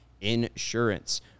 insurance